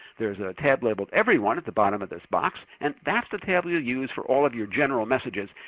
there's a tab labeled everyone at the bottom of this box, and that's the tab you'll use for all of your general messages,